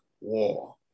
war